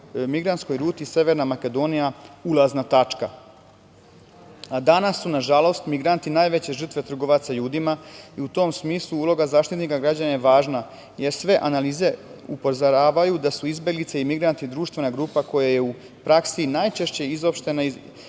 migrantskoj ruti Severna Makedonija je ulazna tačka. A, danas su, nažalost, migranti najveće žrtve trgovaca ljudima. I u tom smislu uloga Zaštitnika građana je važna, jer sve analize upozoravaju da su izbeglice i migranti društvena grupa koja je u praksi najčešće izopštena iz